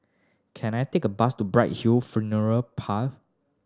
can I take a bus to Bright Hill Funeral Parlour